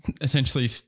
essentially